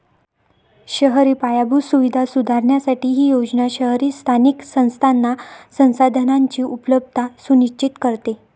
शहरी पायाभूत सुविधा सुधारण्यासाठी ही योजना शहरी स्थानिक संस्थांना संसाधनांची उपलब्धता सुनिश्चित करते